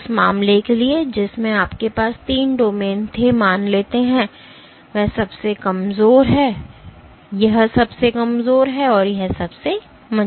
तो उस मामले के लिए जिसमें आपके पास तीन डोमेन थे मान लेते हैं यह सबसे कमजोर है और यह सबसे मजबूत है